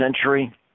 century